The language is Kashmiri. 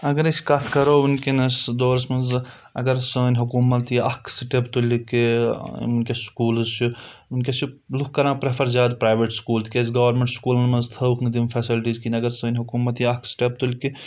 اگر أسۍ کَتھ کَرو وٕنکیٚنَس دورَس منٛز اگر سٲنۍ حکوٗمت یہِ اَکھ سٕٹَٮ۪پ تُلِہ کہِ وٕنٛکٮ۪س سکوٗلٕز چھُ وٕنٛکٮ۪س چھُ لُکھ کَران پرٛؠفَر زیادٕ پرٛایِوَیٹ سکوٗل تِکیٛازِ گورمِنٛٹ سکوٗلَن منٛز تھٲوٕکھ نہٕ تِم فَیسَلٹیٖز کِہیٖنۍ اگر سٲنۍ حکوٗمَت یہِ اَکھ سٕٹَٮ۪پ تُلِہ کہِ